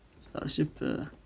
Starship